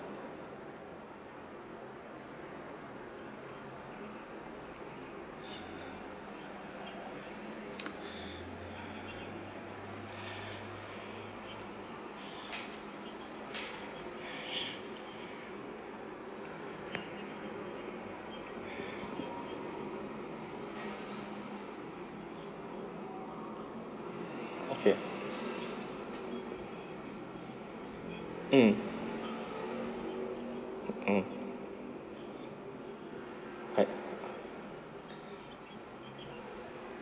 okay mm mm right